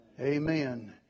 Amen